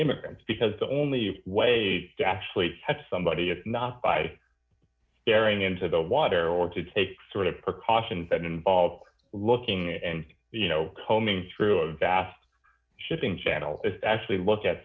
immigrants because the only way to actually help somebody if not by staring into the water or to take sort of precautions that involve looking and you know combing through a vast shipping channel is actually look at